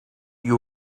you